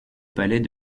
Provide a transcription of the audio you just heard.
palais